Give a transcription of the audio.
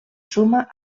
suma